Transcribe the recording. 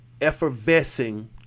effervescing